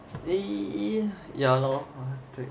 ya lor